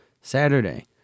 Saturday